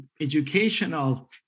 educational